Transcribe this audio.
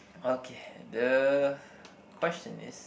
okay the question is